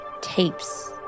tapes